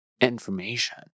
information